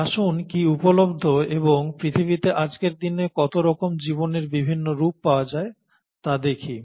আসুন কি উপলব্ধ এবং পৃথিবীতে আজকের দিনে কত রকম জীবনের বিভিন্ন রূপ পাওয়া যায় তা দেখি